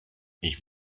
ich